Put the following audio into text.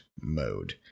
mode